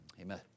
Amen